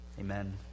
Amen